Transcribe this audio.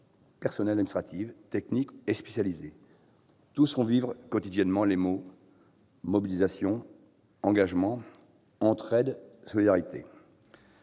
personnels administratifs, techniques et spécialisés. Tous font vivre quotidiennement les mots « mobilisation »,« engagement »,« entraide »,« solidarité